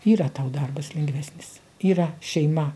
yra tau darbas lengvesnis yra šeima